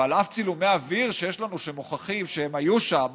ועל אף צילומי אוויר שיש לנו שמוכיחים לנו שהם היו שם